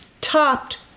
topped